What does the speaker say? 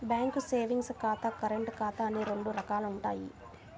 bank savings ఖాతా, current ఖాతా అని రెండు రకాలుంటయ్యి